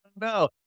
no